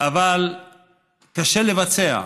אבל קשה לבצע.